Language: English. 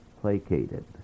placated